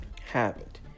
Habit